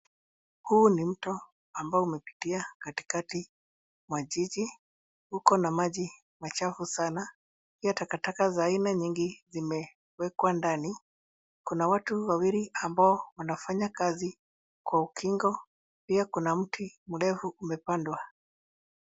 Huu ni mto ambao umepitia katikati mwa jiji. Uko na maji machafu sana, pia takataka za aina nyingi zimewekwa ndani. Kuna watu wawili ambao wanafanya kazi kwa ukingo, pia kuna mti mrefu umepandwa.